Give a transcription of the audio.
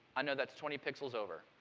i know that's twenty pixels over.